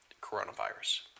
coronavirus